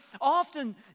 often